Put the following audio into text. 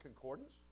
concordance